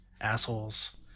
assholes